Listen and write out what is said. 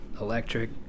electric